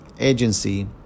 agency